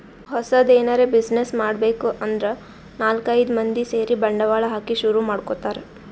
ಹೊಸದ್ ಎನರೆ ಬ್ಯುಸಿನೆಸ್ ಮಾಡ್ಬೇಕ್ ಅಂದ್ರ ನಾಲ್ಕ್ ಐದ್ ಮಂದಿ ಸೇರಿ ಬಂಡವಾಳ ಹಾಕಿ ಶುರು ಮಾಡ್ಕೊತಾರ್